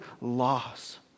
loss